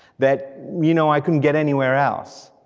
that you know i couldn't get anywhere else.